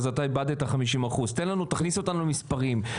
אז איבדת 50%. תכניס אותנו למספרים.